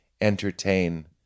entertain